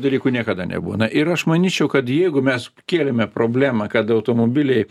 dalykų niekada nebūna ir aš manyčiau kad jeigu mes kėlėme problemą kad automobiliai